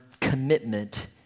commitment